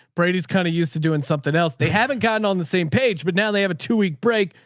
brady's kind of used to doing something else. they haven't gotten on the same page, but now they have a two week break,